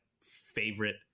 favorite